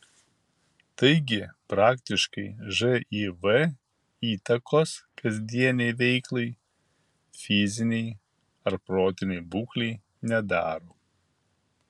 taigi praktiškai živ įtakos kasdienei veiklai fizinei ar protinei būklei nedaro